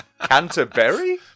Canterbury